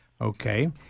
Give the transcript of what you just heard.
Okay